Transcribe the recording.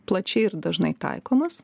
plačiai ir dažnai taikomas